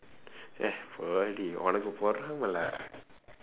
eh போடி உனக்கு பொறாமை:poodi unakku poraamai lah